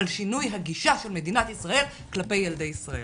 על שינוי הגישה של מדינת ישראל כלפי ילדי ישראל.